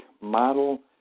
model